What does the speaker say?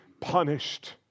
punished